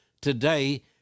Today